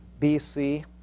BC